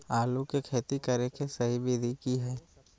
आलू के खेती करें के सही विधि की हय?